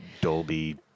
Dolby